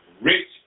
rich